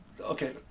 okay